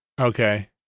Okay